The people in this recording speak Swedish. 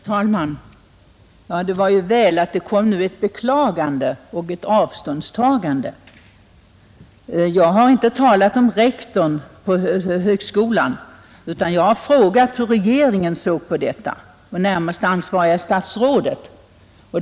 Herr talman! Det var ju väl att det nu kom ett beklagande och ett avståndstagande. Jag har inte talat om rektorn på socialhögskolan, utan jag har frågat hur regeringen såg på detta och närmast det ansvariga statsrådet.